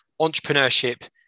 entrepreneurship